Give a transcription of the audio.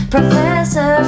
Professor